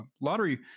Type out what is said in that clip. lottery